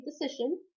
decision